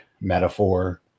metaphor